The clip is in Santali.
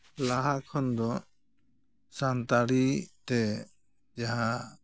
ᱞᱟᱦᱟ ᱠᱷᱚᱱ ᱫᱚ ᱥᱟᱱᱛᱟᱲᱤ ᱛᱮ ᱡᱟᱦᱟᱸ